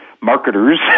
marketers